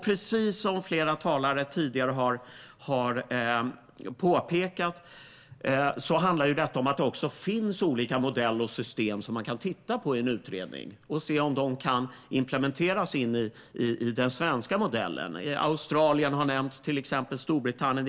Precis som flera talare tidigare har påpekat handlar detta om att det finns olika modeller och system som man kan titta på i en utredning för att se om de kan implementeras i den svenska modellen. Australien och Storbritannien har nämnts, till exempel.